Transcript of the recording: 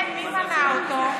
כן, מי מנע אותו?